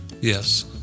Yes